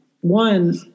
One